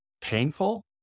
painful